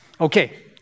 Okay